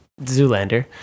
Zoolander